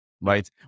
right